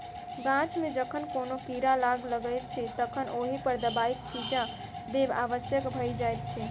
गाछ मे जखन कोनो कीड़ा लाग लगैत छै तखन ओहि पर दबाइक छिच्चा देब आवश्यक भ जाइत अछि